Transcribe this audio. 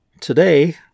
Today